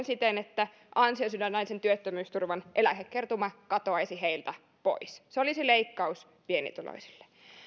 siten että ansiosidonnaisen työttömyysturvan eläkekertymä katoaisi heiltä pois se olisi leikkaus pienituloisille